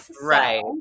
Right